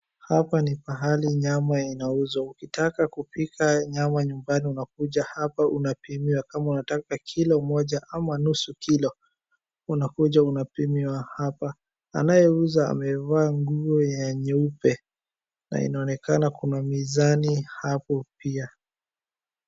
Hapa ni pahali nyama inauzwa, ukitaka kupika nyama nyumbani unakuja hapa unapimiwa. Kama unataka kilo moja ama nusu kilo unakuja unapimiwa hapa. Anayeuza amevaa nguo ya nyeupe na inaonekana kuna mizani hapo pia.